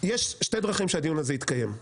יש שתי דרכים שהדיון הזה יתקיים,